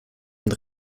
und